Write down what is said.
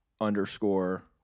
underscore